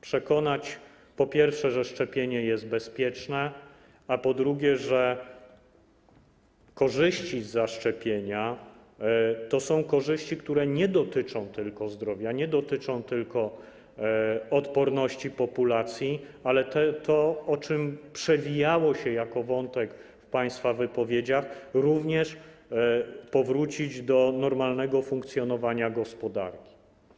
Przekonać, po pierwsze, że szczepienie jest bezpieczne, a po drugie, że korzyści z zaszczepienia to są korzyści, które nie dotyczą tylko zdrowia, nie dotyczą tylko odporności populacji, ale chodzi o to - co przewijało się jako wątek w państwa wypowiedziach - by również powrócić do normalnego funkcjonowania gospodarki.